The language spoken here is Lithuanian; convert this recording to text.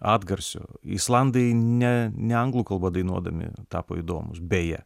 atgarsio islandai ne ne anglų kalba dainuodami tapo įdomūs beje